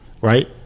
right